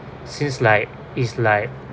since like is like